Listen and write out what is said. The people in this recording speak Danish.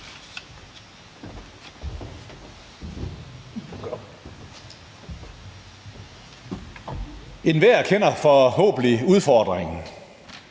Enhver kender forhåbentlig udfordringen.